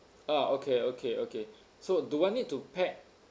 ah okay okay okay so do I need to pack